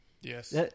Yes